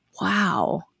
wow